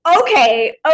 okay